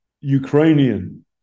Ukrainian